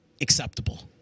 acceptable